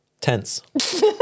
Tense